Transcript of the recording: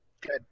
good